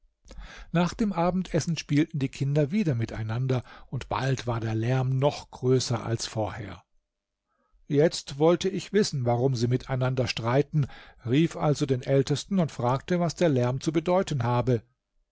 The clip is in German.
nach dem abendessen spielten die kinder wieder miteinander und bald war der lärm noch größer als vorher jetzt wollte ich wissen warum sie miteinander streiten rief also den ältesten und fragte was der lärm zu bedeuten habe